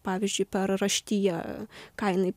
pavyzdžiui per raštiją ką jinai